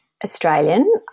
Australian